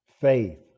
faith